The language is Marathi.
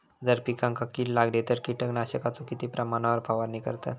जर पिकांका कीड लागली तर कीटकनाशकाचो किती प्रमाणावर फवारणी करतत?